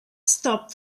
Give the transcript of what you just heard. stop